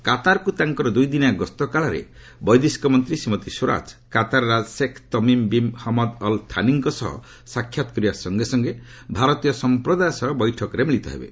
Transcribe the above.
କାତାରକୁ ତାଙ୍କର ଦୁଇଦିନିଆ ଗସ୍ତ କାଳରେ ବୈଦେଶିକ ମନ୍ତ୍ରୀ ଶ୍ରୀମତୀ ସ୍ୱରାଜ କାତାର୍ର ରାଜା Sheikh Tamim bin Hamad Al ଥାନିଙ୍କ ସହ ସାକ୍ଷାତ୍ କରିବା ସଙ୍ଗେ ସଙ୍ଗେ ଭାରତୀୟ ସମ୍ପ୍ରଦାୟ ସହ ବୈଠକରେ ମିଳିତ ହେବେ